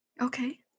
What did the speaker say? okay